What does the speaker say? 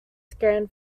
scan